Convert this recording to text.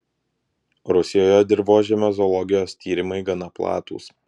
rusijoje dirvožemio zoologijos tyrimai gana platūs